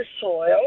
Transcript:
soil